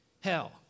hell